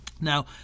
Now